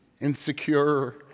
insecure